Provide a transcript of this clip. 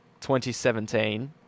2017